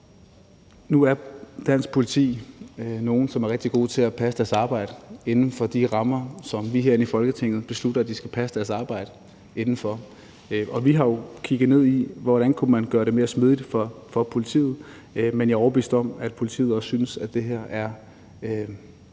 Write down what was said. Nu er dansk politi nogle, som er rigtig gode til at passe deres arbejde inden for de rammer, som vi herinde i Folketinget beslutter at de skal passe deres arbejde inden for. Og vi har jo kigget ned i, hvordan man kunne gøre det mere smidigt for politiet. Men jeg er overbevist om, at politiet også synes, at det her er